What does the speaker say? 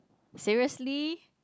seriously